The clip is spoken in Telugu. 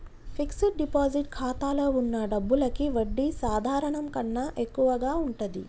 ఫిక్స్డ్ డిపాజిట్ ఖాతాలో వున్న డబ్బులకి వడ్డీ సాధారణం కన్నా ఎక్కువగా ఉంటది